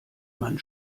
man